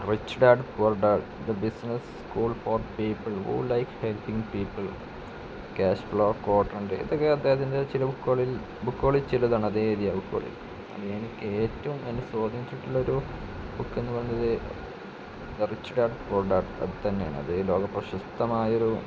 rich dad poor dad the business school for people who like helping people cash flow quadrant ഇതൊക്കെ അദ്ദേഹത്തിൻ്റെ ചില ബുക്കുകളിൽ ബുക്കുകളിൽ ചിലതാണ് അദ്ദേഹം എഴുതിയ ബുക്കുകളിൽ അതിൽ എനിക്ക് ഏറ്റവും എന്നെ സ്വാധീനിച്ചിട്ടുള്ള ഒരു ബുക്ക് എന്ന് പറയുന്നത് റിച്ച് ഡാഡ് പുവർ ഡാഡ് അത് തന്നെയാണ് അത് അത് ലോക പ്രശസ്തമായൊരു